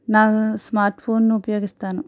నా స్మార్ట్ ఫోన్ను ఉపయోగిస్తాను